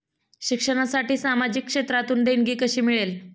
शिक्षणासाठी सामाजिक क्षेत्रातून देणगी कशी मिळेल?